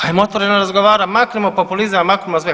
Ajmo otvoreno razgovarat, maknimo populizam, maknimo sve.